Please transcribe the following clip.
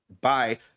bye